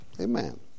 Amen